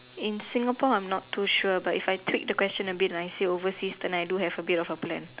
in Singapore I'm not too sure but if I tweak the question a bit and I say overseas then I do have a bit of a plan